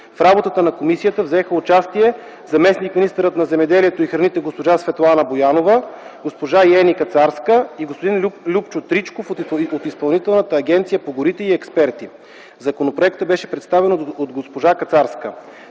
В работата на комисията взеха участие заместник-министърът на земеделието и храните госпожа Светлана Боянова, госпожа Йени Кацарска и господин Любчо Тричков от Изпълнителната агенция по горите, и експерти. Законопроектът беше представен от госпожа Кацарска.